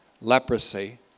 leprosy